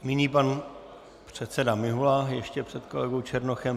Nyní pan předseda Mihola ještě před kolegou Černochem.